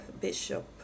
bishop